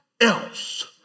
else